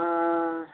हँ